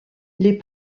les